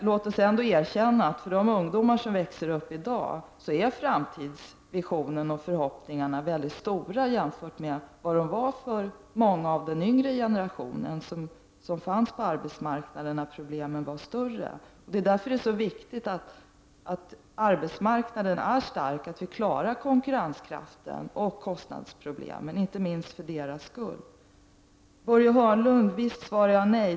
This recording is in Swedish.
Låt oss ändå erkänna att för de ungdomar som i dag växer upp är framtidsvisionen och förhoppningarna stora jämfört med vad de var för många av den yngre generationen som då fanns på arbetsmarknaden när problemen var större. Det är därför som det är så viktigt att arbetsmarknaden är stark, för att vi skall kunna klara konkurrenskraften och kostnadsproblemen, inte minst för ungdomarnas skull. Till Börje Hörnlund vill jag säga att jag naturligtvis svarar nej.